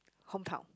hometown